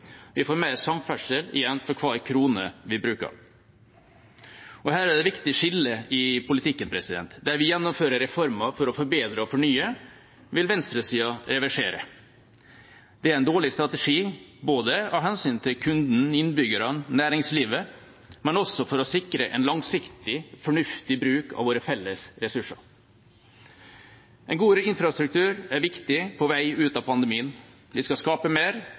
Vi får mer samferdsel igjen for hver krone vi bruker. Her er det et viktig skille i politikken. Der vi gjennomfører reformer for å forbedre og fornye, vil venstresiden reversere. Det er en dårlig strategi både av hensyn til kunden, innbyggerne og næringslivet og også for å sikre en langsiktig fornuftig bruk av våre felles ressurser. En god infrastruktur er viktig på vei ut av pandemien. Vi skal skape mer,